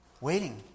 waiting